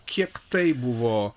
kiek tai buvo